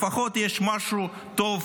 לפחות יש משהו טוב